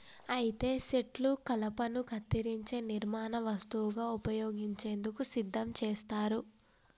అయితే సెట్లు కలపను కత్తిరించే నిర్మాణ వస్తువుగా ఉపయోగించేందుకు సిద్ధం చేస్తారు